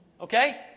Okay